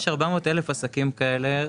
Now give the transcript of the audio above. יש 400,000 עסקים כאלה,